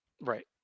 Right